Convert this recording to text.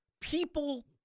people